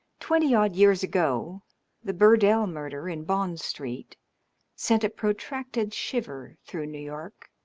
twenty-odd years ago the burdell murder in bond street sent a protracted shiver through new york.